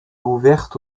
ouverte